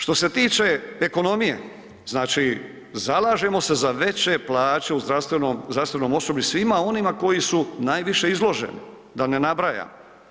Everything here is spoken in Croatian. Što se tiče ekonomije, znači zalažemo se za veće plaće u zdravstvenom, zdravstvenom osoblju i svima onima koji su najviše izloženi da ne nabrajam.